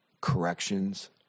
corrections